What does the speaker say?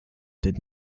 did